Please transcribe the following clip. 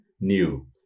new